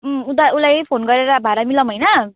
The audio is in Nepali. उम् उदा उसलाई फोन गरेर भाडा मिलाउँ होइन